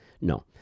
No